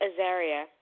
Azaria